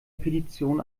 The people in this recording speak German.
petition